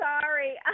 sorry